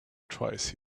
twice